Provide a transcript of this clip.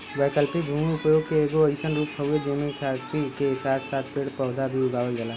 वैकल्पिक भूमि उपयोग के एगो अइसन रूप हउवे जेमे खेती के साथ साथ पेड़ पौधा भी उगावल जाला